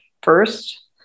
first